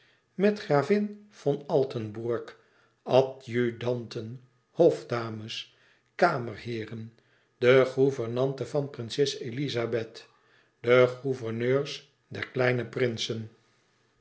met gravin von altenburg adjudanten hofdames kamerheeren de gouvernante van prinses elisabeth de gouverneurs der kleine prinsen